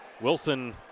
Wilson